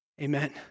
Amen